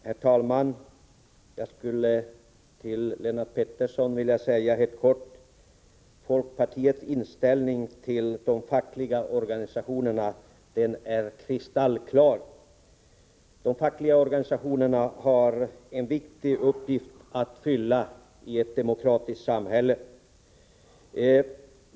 Herr talman! Jag skulle till Lennart Pettersson helt kort vilja säga: Folkpartiets inställning till de fackliga organisationerna är kristallklar. De fackliga organisationerna har en viktig uppgift att fylla i ett demokratiskt samhälle.